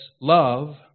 love